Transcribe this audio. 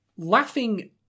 Laughing